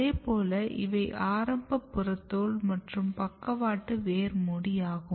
அதேபோல் இவை ஆரம்ப புறத்தோல் மற்றும் பக்கவாட்டு வேர் மூடியாகும்